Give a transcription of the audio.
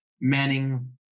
manning